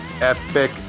Epic